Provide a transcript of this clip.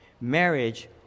marriage